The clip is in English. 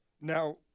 Now